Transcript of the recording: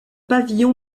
pavillon